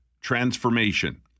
transformation